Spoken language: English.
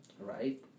right